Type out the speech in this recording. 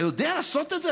אתה יודע לעשות את זה?